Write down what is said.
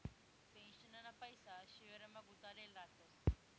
पेन्शनना पैसा शेयरमा गुताडेल रातस